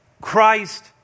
Christ